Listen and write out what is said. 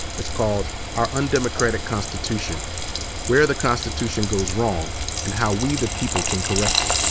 it's called our undemocratic constitution where the constitution goes wrong and how we the people can correct it.